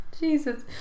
Jesus